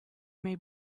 may